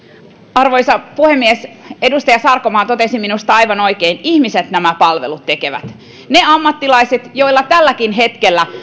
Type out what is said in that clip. arvoisa puhemies edustaja sarkomaa totesi minusta aivan oikein ihmiset nämä palvelut tekevät ne ammattilaiset joilla tälläkin hetkellä